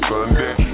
Sunday